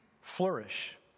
flourish